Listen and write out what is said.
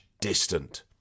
distant